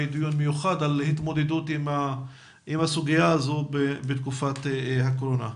דיון מיוחד על התמודדות עם הסוגיה הזו בתקופת הקורונה.